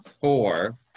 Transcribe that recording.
four